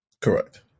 Correct